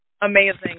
Amazing